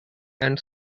and